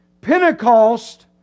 Pentecost